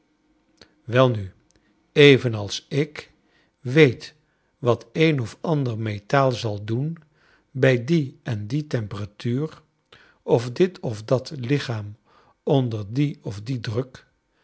welnu evenals ik weet wat een of ander metaal zal doen bij die en die temperatuur of dit of dat lichaam onder dien of dien druk